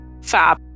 Fab